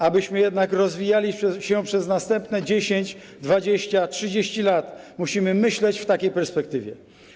Abyśmy jednak rozwijali się przez następne 10, 20, 30 lat, musimy myśleć w takiej perspektywie.